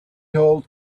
hall